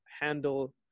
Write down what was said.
handle